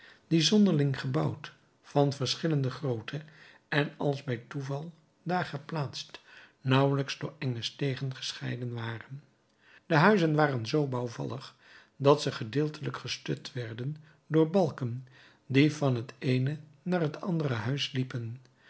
die zonderling gebouwd van verschillende grootte en als bij toeval daar geplaatst nauwelijks door enge stegen gescheiden waren de huizen waren zoo bouwvallig dat ze gedeeltelijk gestut waren door balken die van het eene naar het andere huis liepen